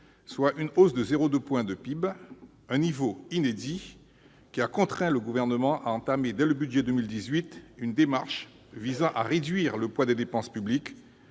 soit une hausse de 0,2 point du PIB. Un niveau inédit, qui a contraint le Gouvernement a entamé, dès le budget pour 2018, une démarche visant à réduire le poids des dépenses publiques,